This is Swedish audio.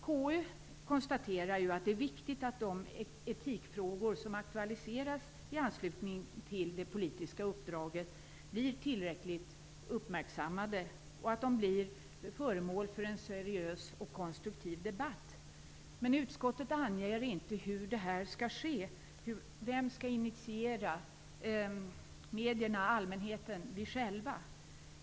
KU konstaterar att det är viktigt att de etikfrågor som aktualiseras i anslutning till det politiska uppdraget blir tillräckligt uppmärksammade och att de blir föremål för en seriös och konstruktiv debatt, men utskottet anger inte hur det här skall ske. Vem skall initiera - medierna, allmänheten, vi själva?